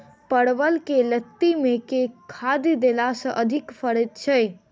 परवल केँ लाती मे केँ खाद्य देला सँ अधिक फरैत छै?